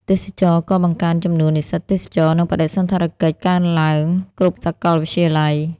ទេសចរណ៍ក៏បង្កើនចំនួននិស្សិតទេសចរណ៍ និងបដិសណ្ឋារកិច្ចកើនឡើងគ្រប់សកលវិទ្យាល័យ។